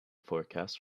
forecast